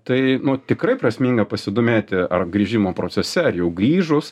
tai tikrai prasminga pasidomėti ar grįžimo procese ar jau grįžus